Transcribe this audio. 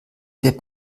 wird